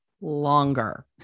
longer